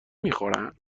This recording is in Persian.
میخورن